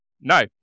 no